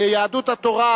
יהדות התורה,